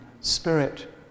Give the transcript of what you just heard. spirit